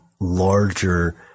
larger